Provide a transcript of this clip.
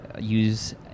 use